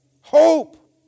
Hope